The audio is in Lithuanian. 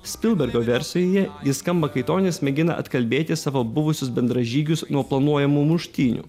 spilbergo versijoje ji skamba kai tonis mėgina atkalbėti savo buvusius bendražygius nuo planuojamų muštynių